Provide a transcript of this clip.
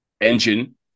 Engine